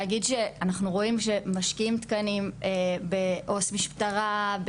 להגיד שאנחנו רואים שמשקיעים תקנים בעו"ס משטרה,